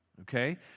okay